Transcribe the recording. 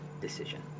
decision